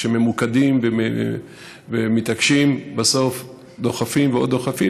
כשממוקדים ומתעקשים, בסוף דוחפים ועוד דוחפים.